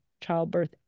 childbirth